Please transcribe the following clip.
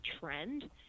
trend